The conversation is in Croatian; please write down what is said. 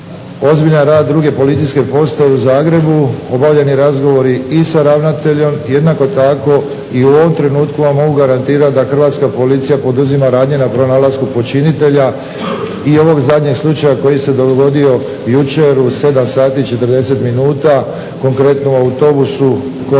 ozbiljan rad Druge policijske postaje u Zagrebu, obavljeni razgovori i sa ravnateljom. Jednako tako i u ovom trenutku vam mogu garantirati da hrvatska policija poduzima radnje na pronalasku počinitelja i ovog zadnjeg slučaja koji se dogodio jučer u 7 sati i 40 minuta, konkretno u autobusu kod